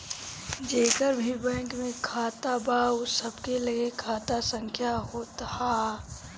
जेकर भी बैंक में खाता बा उ सबके लगे खाता संख्या होत हअ